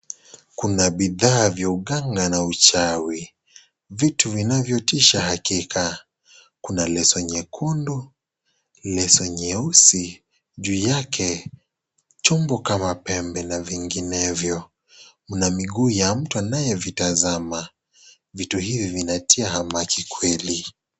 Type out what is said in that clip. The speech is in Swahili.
Kuna bidhaa vya uganga na uchawi, vitu vinavyotisha hakika, kuna leso nyekundu, leso nyeusi, juu yake chombo kama pembe na vinginevyo. Mna miguu ya mtu anayevitazama, vitu hivi vinatia hamaki kweli.